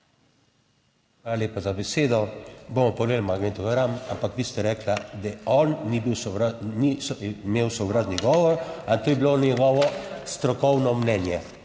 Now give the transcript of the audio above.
Hvala lepa za besedo. Bomo pogledali magnetogram, ampak vi ste rekli, da on ni bil sovražen, ni imel sovražni govor, to je bilo njegovo strokovno mnenje.